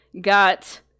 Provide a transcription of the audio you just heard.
got